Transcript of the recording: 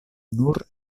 nur